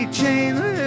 chains